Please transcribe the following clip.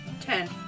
Ten